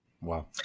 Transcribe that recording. Wow